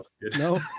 no